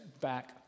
back